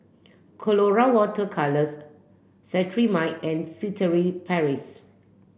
Colora water colours Cetrimide and Furtere Paris